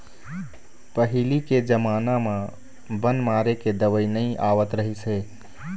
पहिली के जमाना म बन मारे के दवई नइ आवत रहिस हे